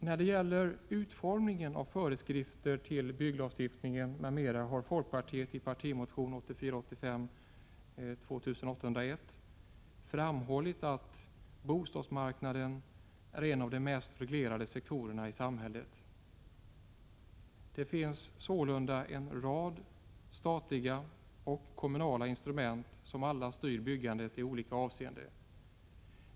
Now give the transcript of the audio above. När det gäller utformningen av föreskrifter till byggnadslagstiftningen m.m. har folkpartiet i partimotion 1984/85:2801 framhållit att bostadsmarknaden är en av de mest reglerade sektorerna i samhället. Det finns sålunda en rad statliga och kommunala instrument som alla styr byggandet i olika avseenden.